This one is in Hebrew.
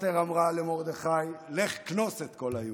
אסתר אמרה למרדכי: "לך כנוס את כל היהודים".